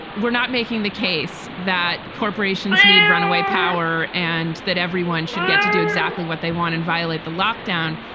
we're not making the case that corporations need runaway power and that everyone should get to do exactly what they want and violate the lockdown.